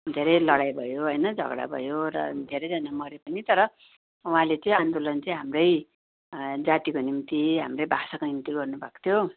धेरै लडाइ भयो होइन झगडा भयो र धेरैजना मऱ्यो पनि तर उहाँले चाहिँ आन्दोलन चाहिँ हाम्रै जातिको निम्ति हाम्रै भाषाको निम्ति गर्नु भएको थियो